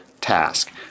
task